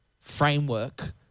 framework